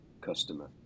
customer